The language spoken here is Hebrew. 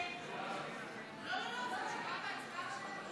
ההצעה להעביר